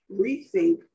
rethink